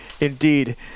Indeed